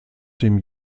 dem